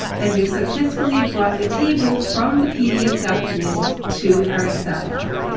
and we've successfully brought the table from the pdf document to our excel file.